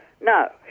No